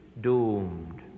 Doomed